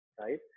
right